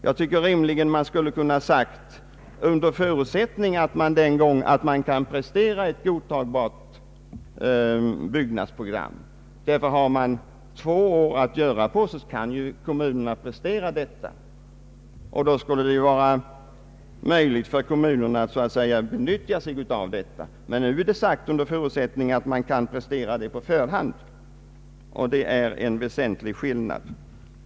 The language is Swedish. Jag tycker rimligen att det bör ha sagts: ”Under förutsättning att man kan prestera ett godtagbart byggnadsprogram.” I så fall skulle ju kommunerna ha två år på sig att prestera ett program, och då skulle det bli möjligt för kommunerna att så att säga utnyttja programmet. Men nu är det sagt: ”Under förutsättning att man kan prestera programmet på förhand” — och det är en väsentlig skillnad.